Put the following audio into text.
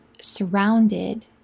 surrounded